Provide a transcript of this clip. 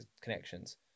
connections